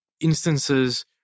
instances